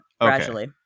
gradually